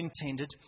intended